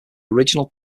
original